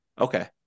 Okay